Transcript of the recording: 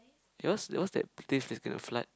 because because that place is gonna flood